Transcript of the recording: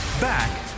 Back